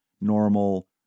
normal